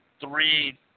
three